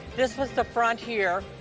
this was the front here.